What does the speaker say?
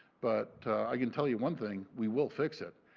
but i can tell you one thing, we will fix it.